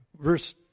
Verse